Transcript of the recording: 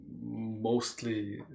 mostly